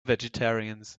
vegetarians